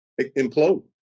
implode